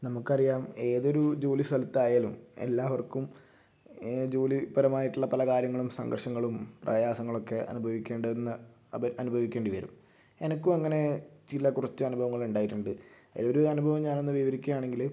നമുക്കറിയാം ഏതൊരു ജോലി സ്ഥലത്തായാലും എല്ലാവർക്കും ജോലിപരമായിട്ടുള്ള പല കാര്യങ്ങളും സംഘർഷങ്ങളും പ്രയാസങ്ങളൊക്കെ അനുഭവിക്കേണ്ടുന്ന അനുഭവിക്കേണ്ടി വരും എനിക്കും അങ്ങനെ ചില കുറച്ച് അനുഭവങ്ങളണ്ടായിട്ടുണ്ട് ഒരു അനുഭവം ഞാനൊന്ന് വിവരിക്കുകയാണെങ്കിൽ